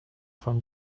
from